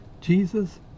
Jesus